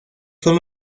son